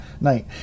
night